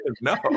No